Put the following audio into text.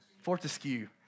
Fortescue